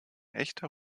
echter